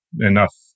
enough